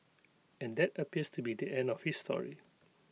and that appears to be the end of his story